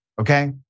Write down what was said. okay